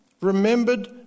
remembered